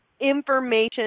information